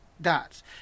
dots